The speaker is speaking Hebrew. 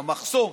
המחסום.